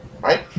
Right